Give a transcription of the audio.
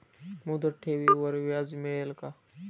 मुदत ठेवीवर व्याज मिळेल का?